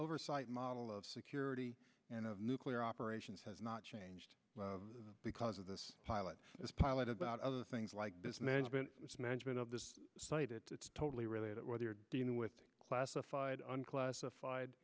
oversight model of security and of nuclear operations has not changed because of this pilot as pilot about other things like this management management of the site it's totally relate it whether you're dealing with classified and classified